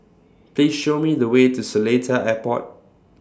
Please Show Me The Way to Seletar Airport